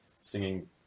singing